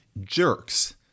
jerks